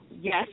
yes